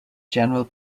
general